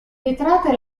vetrate